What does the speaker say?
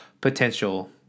potential